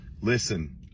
Listen